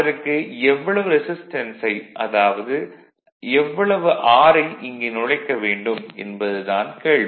அதற்கு எவ்வளவு ரெசிஸ்டன்ஸை அதாவது R ஐ இங்கே நுழைக்க வேண்டும் என்பது தான் கேள்வி